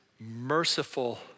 merciful